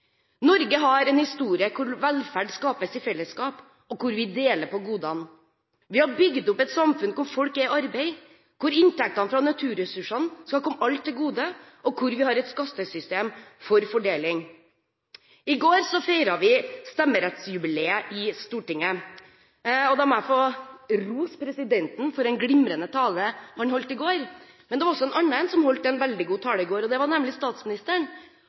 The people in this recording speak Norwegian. Norge har en historie der velferd skapes i fellesskap, og der vi deler godene. Vi har bygd opp et samfunn der folk er i arbeid, der inntektene fra naturressursene skal komme alle til gode, og der vi har et skattesystem for fordeling. I går feiret vi stemmerettsjubileet i Stortinget. Da må jeg få rose presidenten for den glimrende talen han holdt, men det var også en annen som holdt en veldig god tale i går, nemlig statsministeren.